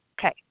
Okay